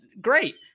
Great